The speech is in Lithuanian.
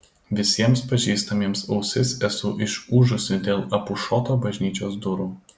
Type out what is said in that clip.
visiems pažįstamiems ausis esu išūžusi dėl apušoto bažnyčios durų